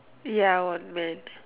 ya one man